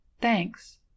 Thanks